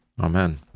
Amen